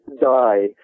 die